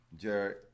Jared